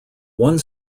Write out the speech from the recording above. one